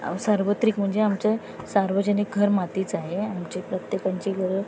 सार्वत्रिक म्हणजे आमचं सार्वजनिक घर मातीचं आहे आमचे प्रत्येकांची घर